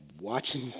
watching